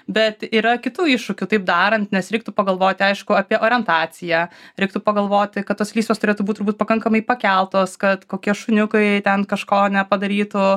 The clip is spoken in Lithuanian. bet yra kitų iššūkių taip darant nes reiktų pagalvoti aišku apie orientaciją reiktų pagalvoti kad tos lysvės turėtų būt turbūt pakankamai pakeltos kad kokie šuniukai ten kažko nepadarytų